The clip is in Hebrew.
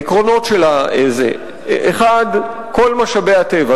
העקרונות: 1. כל משאבי הטבע,